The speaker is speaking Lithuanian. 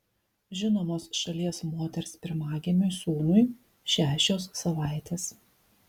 žinomos šalies moters pirmagimiui sūnui šešios savaitės